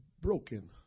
broken